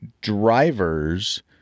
drivers